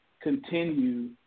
continue